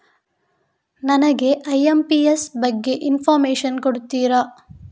ನನಗೆ ಐ.ಎಂ.ಪಿ.ಎಸ್ ಬಗ್ಗೆ ಇನ್ಫೋರ್ಮೇಷನ್ ಕೊಡುತ್ತೀರಾ?